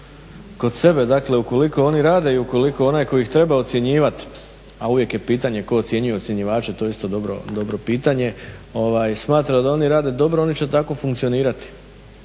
kod sebe, dakle ukoliko oni rade i ukoliko onaj tko ih treba ocjenjivati, a uvijek je pitanje tko ocjenjuje ocjenjivača to je isto dobro pitanje, smatra da oni rade dobro oni će tako funkcionirati.